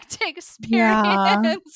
experience